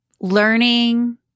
learning